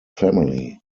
family